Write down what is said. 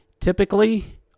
typically